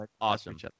awesome